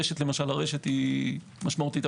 רשת למשל היא משמעותית.